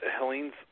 Helene's